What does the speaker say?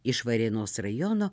iš varėnos rajono